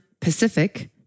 Pacific